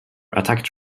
attacked